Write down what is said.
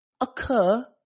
occur